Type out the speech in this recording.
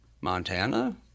Montana